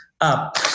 up